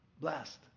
Blessed